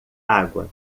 água